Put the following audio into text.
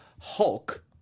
Hulk